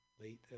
late